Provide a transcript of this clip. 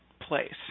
place